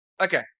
Okay